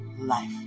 life